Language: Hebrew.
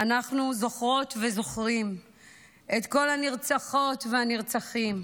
אנחנו זוכרות וזוכרים את כל הנרצחות והנרצחים,